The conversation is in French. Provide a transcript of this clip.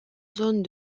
zones